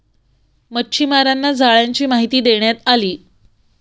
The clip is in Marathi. मच्छीमारांना जाळ्यांची माहिती देण्यात आली